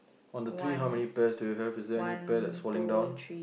on the tree how many pears do you have is there any pear that's falling down